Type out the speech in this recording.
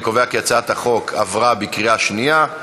אני קובע כי הצעת החוק עברה בקריאה שנייה.